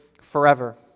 forever